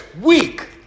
week